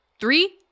Three